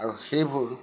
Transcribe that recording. আৰু সেইবোৰ